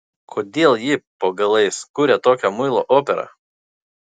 kodėl ji po galais kuria tokią muilo operą